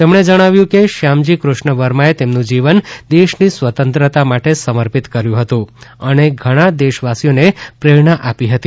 તેમણે જણાવ્યું કે શ્યામજી કૃષ્ણ વર્માએ તેમનું જીવન દેશની સ્વતંત્રતા માટે સમર્પિત કર્યું હતું અને ઘણા દેશવાસીઓને પ્રેરણા આપી હતી